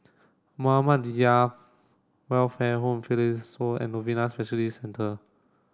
Muhammadiyah Welfare Home Fidelio Sore and Novena Specialist Centre